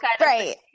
right